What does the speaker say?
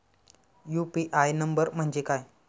UPI number म्हणजे काय?